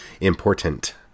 important